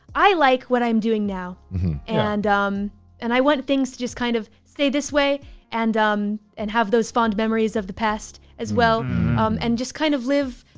i like what i'm doing now and um and i want things to just kind of stay this way and um and have those fond memories of the past as well um and just kind of live.